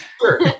Sure